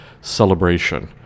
celebration